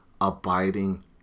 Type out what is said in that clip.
abiding